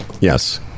Yes